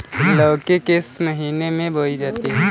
लौकी किस महीने में बोई जाती है?